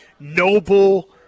noble